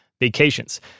Vacations